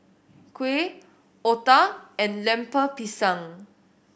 kuih otah and Lemper Pisang